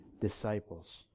disciples